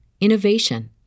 innovation